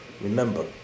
remember